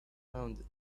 rounded